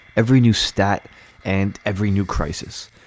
every new stat and every new crisis.